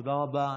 תודה רבה.